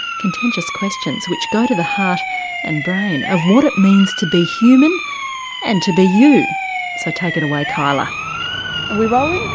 contentious questions which go to the heart and brain of what it means to be human and to be you so take it away kyla. are we rolling?